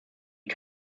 die